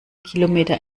kilometer